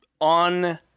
on